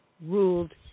ruled